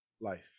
life